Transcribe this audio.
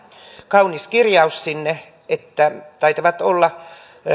kaunis kirjaus sinne eli taitavat olla